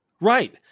Right